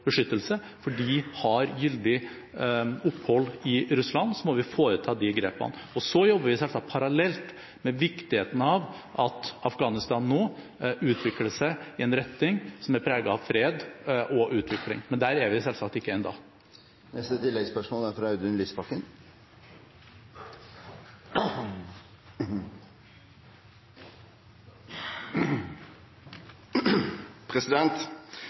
beskyttelse, for de har gyldig opphold i Russland, må vi foreta de grepene. Så jobber vi selvsagt parallelt med viktigheten av at Afghanistan nå går i en retning som er preget av fred og utvikling. Men der er vi selvsagt ikke